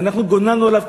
ואנחנו גוננו עליו,